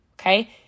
okay